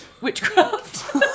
witchcraft